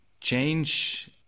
change